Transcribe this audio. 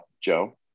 Joe